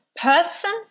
person